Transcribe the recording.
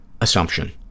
assumption